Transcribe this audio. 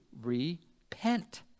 repent